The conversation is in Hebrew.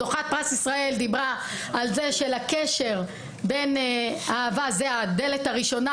זוכת פרס ישראל דיברה על זה שלקשר בין אהבה זה הדלת הראשונה,